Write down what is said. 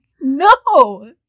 no